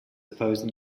opposed